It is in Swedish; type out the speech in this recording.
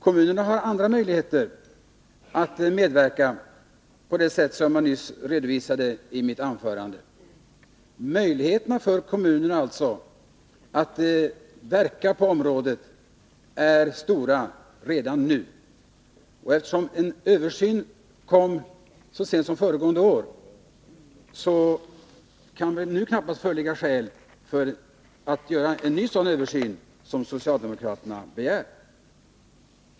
Kommunerna har andra möjligheter att medverka, på sådant sätt som jag nyss redovisat i mitt anförande. Möjligheterna för kommunerna att verka på detta område är alltså stora redan nu, och eftersom det gjordes en översyn så sent som föregående år kan det väl nu knappast föreligga skäl för att göra en ny översyn, som socialdemokraterna begär.